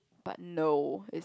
but no is